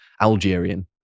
Algerian